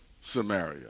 Samaria